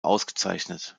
ausgezeichnet